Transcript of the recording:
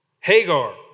Hagar